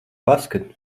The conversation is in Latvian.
paskat